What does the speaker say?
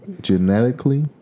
genetically